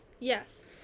Yes